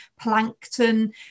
plankton